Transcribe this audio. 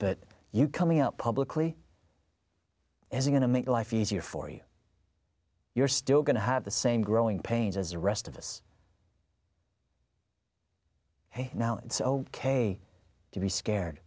that you coming out publicly is going to make life easier for you you're still going to have the same growing pains as the rest of us and now it's ok to be scared